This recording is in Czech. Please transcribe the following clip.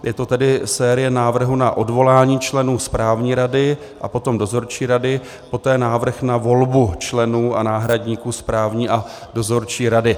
Je to tedy série návrhů na odvolání členů správní rady a potom dozorčí rady, poté návrh na volbu členů a náhradníků správní a dozorčí rady.